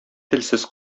телсез